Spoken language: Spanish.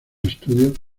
estudios